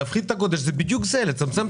י קושיות גדולות אז מרכיב הזמן במונה יתקצר בצורה